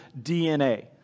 DNA